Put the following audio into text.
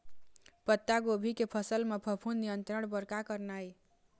पत्तागोभी के फसल म फफूंद नियंत्रण बर का करना ये?